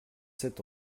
sept